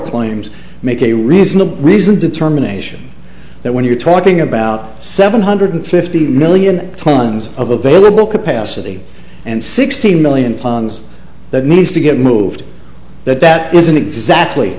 claims make a reasonable reason determination that when you're talking about seven hundred fifty million tons of available capacity and sixteen million tonnes that needs to get moved that that isn't exactly